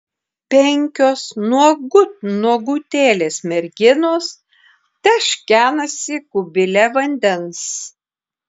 penkios nuogut nuogutėlės merginos teškenasi kubile vandens